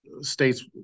states